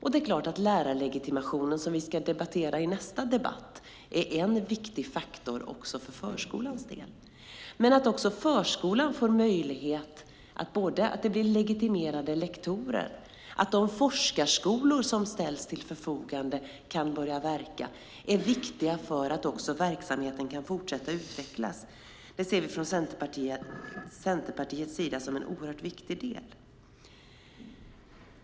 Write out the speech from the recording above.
Det är klart att lärarlegitimationen, som vi ska diskutera i nästa debatt, är en viktig faktor också för förskolans del. Att det blir legitimerade lektorer också i förskolan och att de forskarskolor som ställs till förfogande kan börja verka är viktigt för att också verksamheten ska kunna fortsätta att utvecklas. Det ser vi från Centerpartiets sida som en oerhört viktig del.